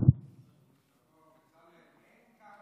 אין קו